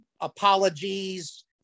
apologies